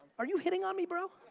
are you hitting on me, bro?